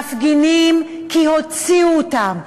מפגינים כי הוציאו אותם,